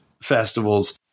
festivals